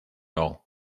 all